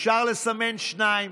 אפשר לסמן שניים,